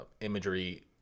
imagery